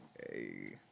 Hey